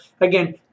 again